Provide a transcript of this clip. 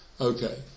Okay